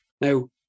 Now